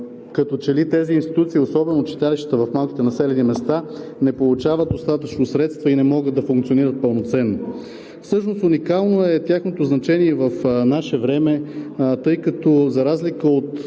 като че ли тези институции, особено читалищата в малките населени места не получават достатъчно средства и не могат да функционират пълноценно. Всъщност уникално е тяхното значение и в наше време, тъй като за разлика от